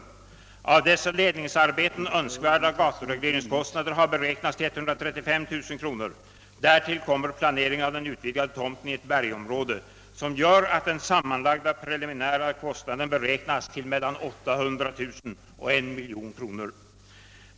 Kostnaderna för önskvärda gaturegleringar i anledning av ledningsarbetena har beräknats till 135 000 kronor. Därtill kommer kostnader för planering av den utvidgade tomten i ett bergområde, och den sammanlagda preliminära kostnaden har beräknats till mellan 800000 och 1000 000 kronor.